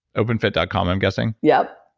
openfit dot com i'm guessing yeah